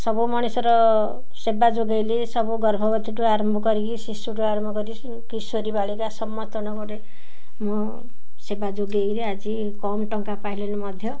ସବୁ ମଣିଷର ସେବା ଯୋଗେଇଲି ସବୁ ଗର୍ଭବତୀଠୁ ଆରମ୍ଭ କରିକି ଶିଶୁଠୁ ଆରମ୍ଭ କରି କିଶୋରୀ ବାଳିକା ଗୋଟେ ମୁଁ ସେବା ଯୋଗେଇକିରି ଆଜି କମ୍ ଟଙ୍କା ପାଇଲିଣି ମଧ୍ୟ